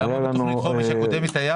כמה היה בתכנית החומש הקודמת.